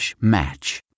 match